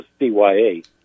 CYA